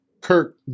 Kirk